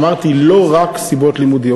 אמרתי: לא רק סיבות לימודיות.